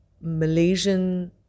Malaysian